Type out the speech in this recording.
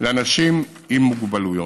לאנשים עם מוגבלות.